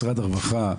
משרד הרווחה,